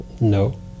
No